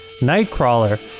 Nightcrawler